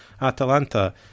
Atalanta